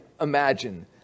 imagine